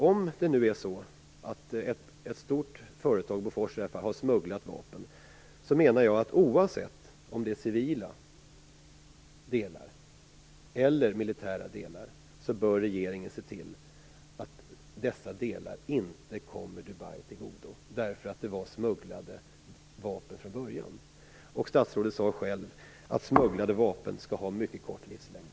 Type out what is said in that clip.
Om det nu är så att ett stort företag, som i det här fallet Bofors, har smugglat vapen, oavsett om det är civila delar eller militära delar, menar jag att regeringen bör se till att dessa delar inte kommer Dubai till godo, därför att det var smugglade vapen från början. Statsrådet sade själv att smugglade vapen skall ha mycket kort livslängd.